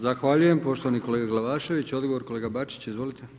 Zahvaljujem poštovani kolega Glavašević, odgovor kolega Bačić, izvolite.